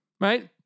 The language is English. right